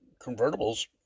convertibles